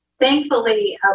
thankfully